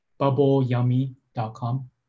bubbleyummy.com